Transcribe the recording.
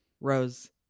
Rose